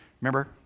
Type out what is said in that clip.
Remember